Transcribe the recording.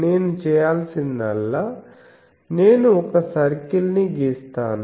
నేను చేయాల్సిందల్లా నేను ఒక సర్కిల్ ని గీస్తాను